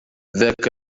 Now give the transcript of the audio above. ذاك